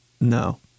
no